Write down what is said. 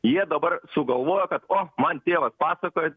jie dabar sugalvojo kad o man tėvas pasakojo